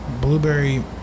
Blueberry